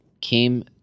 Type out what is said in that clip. came